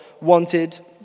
wanted